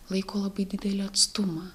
laiko labai didelį atstumą